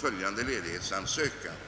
jag bifall till utskottets utlåtande.